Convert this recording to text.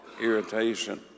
irritation